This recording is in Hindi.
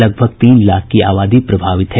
लगभग तीन लाख की आबादी प्रभावित है